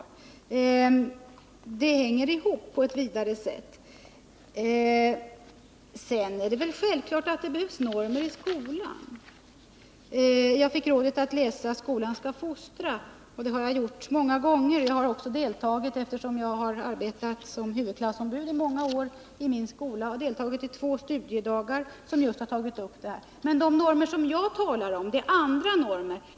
Allt detta hänger ihop på ett vidare sätt. Sedan är det självklart att det behövs normer i skolan. Jag fick rådet att läsa Skolan skall fostra. Det har jag gjort många gånger. Jag har också — eftersom jag har arbetat som huvudklassombud i många år i min skola — deltagit i två studiedagar som just har tagit upp det här spörsmålet. Men de normer som jag talar om är andra normer.